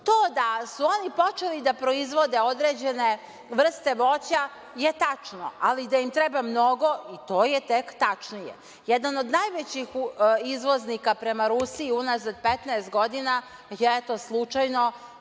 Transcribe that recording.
To da su oni počeli da proizvode određene vrste voća je tačno, ali da im treba mnogo i to je tek tačnije. Jedan od najvećih izvoznika prema Rusiji, unazad 15 godina, je slučajno